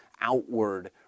outward